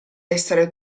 essere